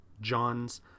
John's